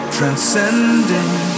Transcending